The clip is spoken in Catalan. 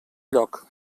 lloc